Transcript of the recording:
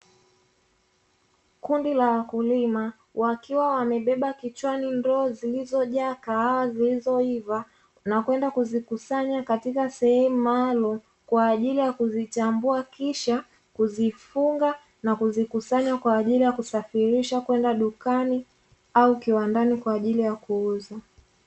Kundi la wakulima wakiwa wamebeba kichwani ndoo zilizojaa kahawa zilizoiva na kwenda kuzikusanya katika sehemu maalum kwa ajili ya kuzichambua, kisha kuzifunga na kuzikusanya kwa ajili ya kusafirisha kwenda dukani au kiwandani kwa ajili ya kuuza.